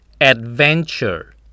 Adventure